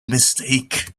mistake